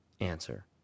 answer